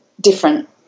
different